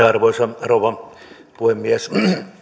arvoisa rouva puhemies